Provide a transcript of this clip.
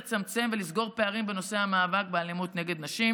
לצמצם ולסגור פערים בנושא המאבק באלימות נגד נשים,